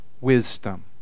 wisdom